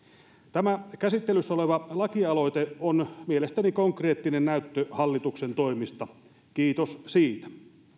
tämä käsittelyssä oleva lakialoite on mielestäni konkreettinen näyttö hallituksen toimista kiitos siitä